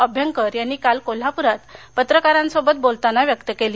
अभ्यंकर यांनी काल कोल्हाप्रात पत्रकारांसोबत बोलताना व्यक्त केली